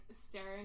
staring